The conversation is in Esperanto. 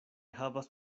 havas